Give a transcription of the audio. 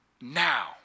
now